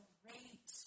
great